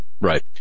right